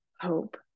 hope